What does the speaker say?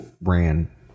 ran